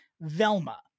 Velma